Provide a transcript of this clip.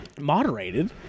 Moderated